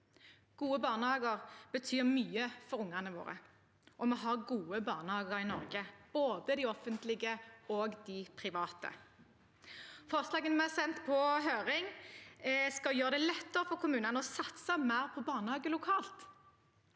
Gode barnehager betyr mye for ungene våre, og vi har gode barnehager i Norge, både offentlige og private. Forslagene vi har sendt på høring, skal gjøre det lettere for kommunene å satse mer på barnehager lokalt.